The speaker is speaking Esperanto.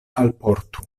alportu